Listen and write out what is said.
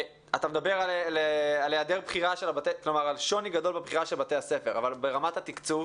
אתה מדבר על שוני גדול בבחירה של בתי הספר אבל ברמת התקצוב,